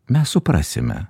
mes suprasime